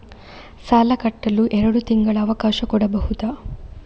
ಸಾಲ ಕಟ್ಟಲು ಎರಡು ತಿಂಗಳ ಅವಕಾಶ ಕೊಡಬಹುದಾ?